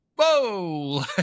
whoa